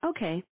Okay